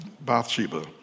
Bathsheba